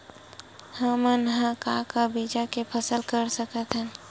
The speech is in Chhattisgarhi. हमन ह का का बीज के फसल कर सकत हन?